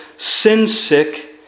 sin-sick